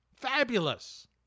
Fabulous